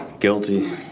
Guilty